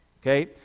okay